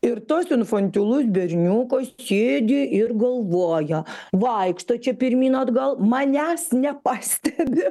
ir tas infantilus berniukas sėdi ir galvoja vaikšto čia pirmyn atgal manęs nepastebi